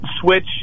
switch